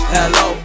Hello